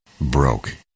broke